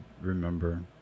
remember